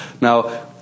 Now